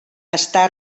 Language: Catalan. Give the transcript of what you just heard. està